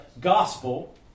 gospel